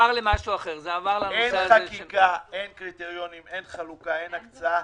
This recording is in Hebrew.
אין חקיקה, אין קריטריונים, אין חלוקה, אין הקצאה.